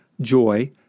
joy